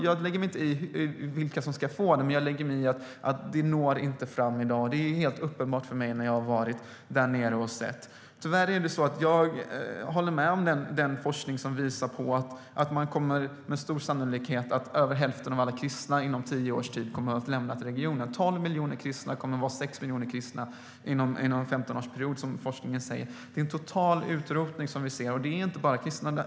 Jag lägger mig inte i vilka som ska få det, men jag lägger mig i att det inte når fram i dag. Det blev helt uppenbart för mig när jag var där och såg hur det var. Jag håller med om den forskning som visar att inom 10-15 år kommer över hälften av alla kristna med stor sannolikhet att ha lämnat regionen. Tolv miljoner kristna kommer att vara sex miljoner kristna inom en 15-årsperiod visar forskningen. Det är en total utrotning vi ser, och det gäller inte bara kristna.